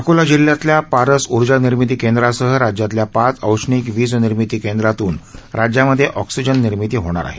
अकोला जिल्ह्यातल्या पारस ऊर्जा निमिर्ती केंद्रासह राज्यातल्या पाच औष्णिकविज निर्मिती केंद्रांतून राज्यामध्ये ऑक्सीजन निर्मिती होणार आहे